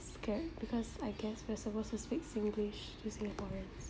scared because I guess we're supposed to speak singlish to singaporeans